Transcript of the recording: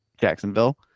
Jacksonville